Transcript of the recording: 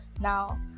now